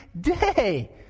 day